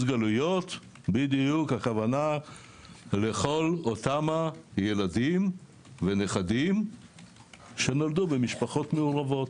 הכוונה לכל אותם הילדים ונכדים שנולדו במשפחות מעורבות.